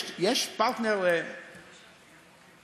יש פרטנר לשלום?